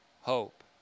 hope